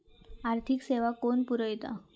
आर्थिक सेवा कोण पुरयता?